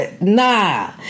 nah